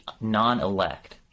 non-elect